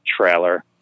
trailer